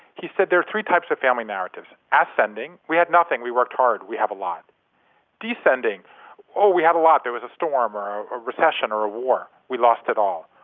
he said there are three types of family narratives ascending we had nothing, we worked hard, we have a lot descending we had a lot, there was a storm or or a recession or a war. we lost it all.